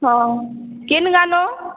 ହଁ କେନ୍ ଗାଁ ନ